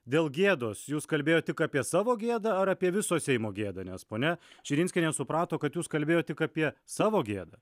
dėl gėdos jūs kalbėjot tik apie savo gėdą ar apie viso seimo gėdą nes ponia širinskienė suprato kad jūs kalbėjot tik apie savo gėdą